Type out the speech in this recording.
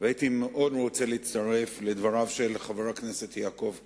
והייתי מאוד רוצה להצטרף לדבריו של חבר הכנסת יעקב כץ,